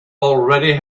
already